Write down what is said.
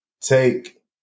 take